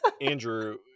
Andrew